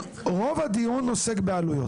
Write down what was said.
רוב הדיון עוסק בעלויות.